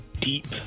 deep